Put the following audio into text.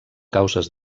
causes